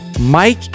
Mike